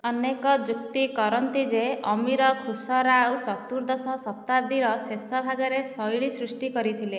ଅନେକ ଯୁକ୍ତି କରନ୍ତି ଯେ ଅମୀର ଖୁସରାଉ ଚତୁର୍ଦ୍ଦଶ ଶତାବ୍ଦୀର ଶେଷ ଭାଗରେ ଶୈଳୀ ସୃଷ୍ଟି କରିଥିଲେ